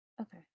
Okay